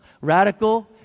Radical